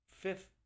Fifth